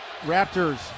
Raptors